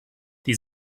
die